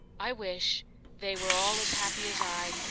i wish they were all as happy as i,